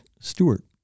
Stewart